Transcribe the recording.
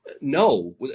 no